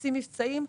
עושים מבצעים,